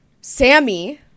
Sammy